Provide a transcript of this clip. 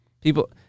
people